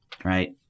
Right